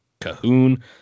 Cahoon